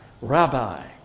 Rabbi